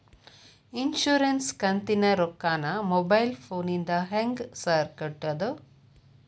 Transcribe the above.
Insurance ಕಂತಿನ ರೊಕ್ಕನಾ mobile ಫೋನಿಂದ ಹೆಂಗ್ ಸಾರ್ ಕಟ್ಟದು?